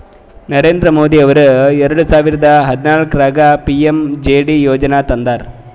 ನರೇಂದ್ರ ಮೋದಿ ಅವರು ಎರೆಡ ಸಾವಿರದ ಹದನಾಲ್ಕರಾಗ ಪಿ.ಎಮ್.ಜೆ.ಡಿ ಯೋಜನಾ ತಂದಾರ